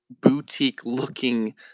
boutique-looking